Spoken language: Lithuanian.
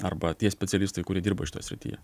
arba tie specialistai kurie dirba šitoj srityje